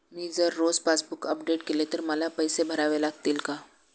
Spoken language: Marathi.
मी जर रोज पासबूक अपडेट केले तर मला पैसे भरावे लागतील का?